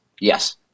Yes